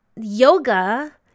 yoga